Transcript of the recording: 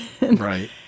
Right